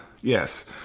yes